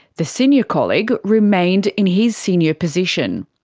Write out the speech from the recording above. the senior colleague remained in his senior position.